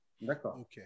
D'accord